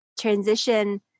transition